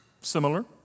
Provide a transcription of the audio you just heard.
Similar